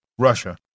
Russia